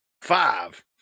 Five